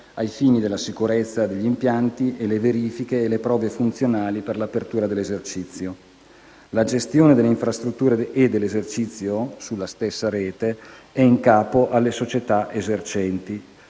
ai fini della sicurezza degli impianti e le verifiche e le prove funzionali per l'apertura dell'esercizio. La gestione delle infrastrutture e dell'esercizio sulla stessa rete è in capo alle società esercenti.